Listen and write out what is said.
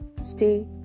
Stay